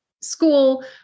School